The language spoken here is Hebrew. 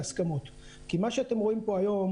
להסכמות כי מה שאתם רואים פה היום,